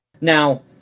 Now